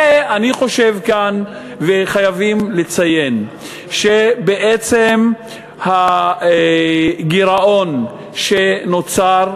ואני חושב שכאן חייבים לציין שבעצם הגירעון שנוצר,